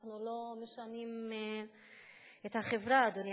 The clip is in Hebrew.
אנחנו לא משנים את החברה, אדוני היושב-ראש.